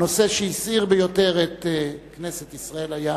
הנושא שהסעיר ביותר את כנסת ישראל היה